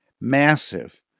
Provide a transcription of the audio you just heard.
massive